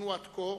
שנבנו עד כה